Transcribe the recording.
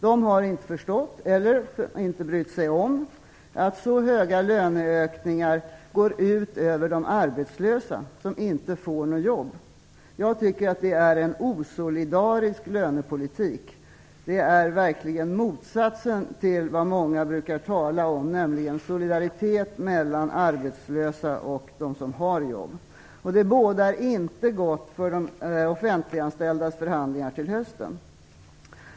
De har inte förstått eller inte brytt sig om att så höga löneökningar går ut över de arbetslösa som inte får några jobb. Jag tycker att det är en osolidarisk lönepolitik. Det är verkligen motsatsen till vad många brukar tala om, nämligen solidaritet mellan arbetslösa och dem som har jobb. Det bådar inte gott inför de offentliganställdas förhandlingar till hösten.